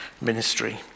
ministry